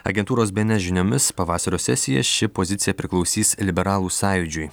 agentūros bns žiniomis pavasario sesiją ši pozicija priklausys liberalų sąjūdžiui